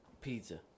Pizza